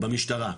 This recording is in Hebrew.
במשטרה,